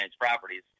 properties